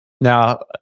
Now